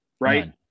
right